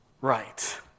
right